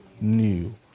new